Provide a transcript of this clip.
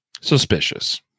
suspicious